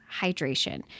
hydration